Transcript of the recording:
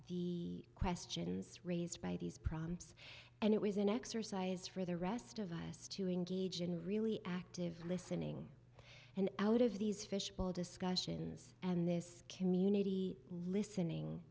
the questions raised by these prompts and it was an exercise for the rest of us to engage in really active listening and out of these fishbowl discussions and this community listening